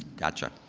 gotcha.